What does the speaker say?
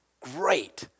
great